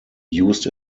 used